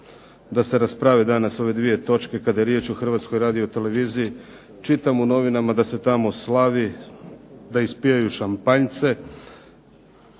da se rasprave danas ove dvije točke kada je riječ o Hrvatskoj radioteleviziji. Čitam u novinama da se tamo slavi, da ispijaju šampanjce.